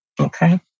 Okay